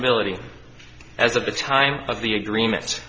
ability as of the time of the agreement